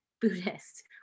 Buddhist